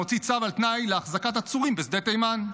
מוציא צו על תנאי להחזקת עצורים בשדה תימן,